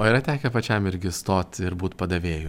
o yra tekę pačiam irgi stot ir būt padavėju